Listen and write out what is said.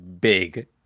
big